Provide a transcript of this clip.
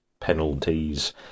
penalties